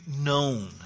known